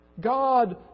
God